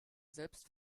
selbst